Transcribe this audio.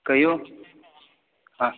कहियौ हँ